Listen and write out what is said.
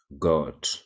god